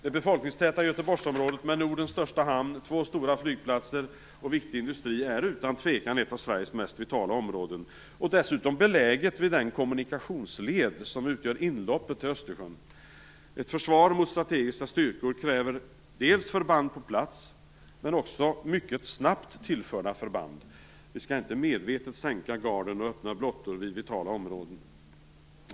Det befolkningstäta Göteborgsområdet med Nordens största hamn, två stora flygplatser och viktig industri är utan tvekan ett av Sveriges mest vitala områden och dessutom beläget vid den kommunikationsled som utgör inloppet till Östersjön. Ett försvar mot strategiska styrkor kräver förband på plats men också mycket snabbt tillförda förband. Vi skall inte medvetet sänka garden och öppna blottor i vitala områden!